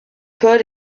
paul